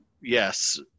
Yes